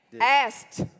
Asked